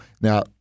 now